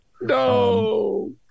No